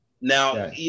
Now